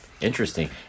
Interesting